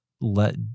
let